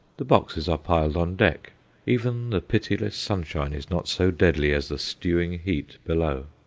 the boxes are piled on deck even the pitiless sunshine is not so deadly as the stewing heat below.